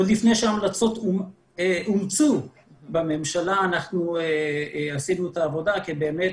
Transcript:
עוד לפני שההמלצות אומצו בממשלה אנחנו עשינו את העבודה כדי באמת